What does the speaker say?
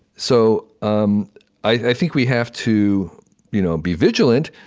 so um i think we have to you know be vigilant,